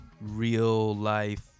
real-life